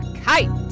kite